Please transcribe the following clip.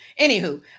Anywho